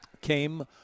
came